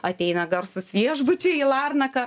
ateina garsūs viešbučiai į larnaką